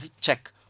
check